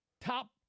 top